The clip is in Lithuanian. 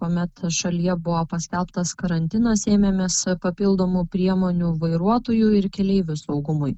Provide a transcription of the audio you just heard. kuomet šalyje buvo paskelbtas karantinas ėmėmės papildomų priemonių vairuotojų ir keleivių saugumui